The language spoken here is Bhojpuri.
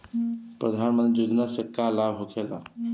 प्रधानमंत्री योजना से का लाभ होखेला?